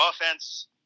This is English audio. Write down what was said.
offense